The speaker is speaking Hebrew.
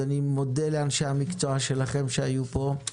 אני מודה לאנשי המקצוע שלכם שהיו פה,